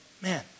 man